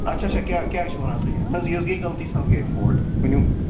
اچھا اچھا کیٛاہ کیٛاہ ٲسِو وَنان تُہۍ اہن حظ یہِ حظ گٔے غلطی سان گٔے یِم ہولڈٕ ؤنِو